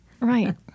Right